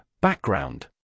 Background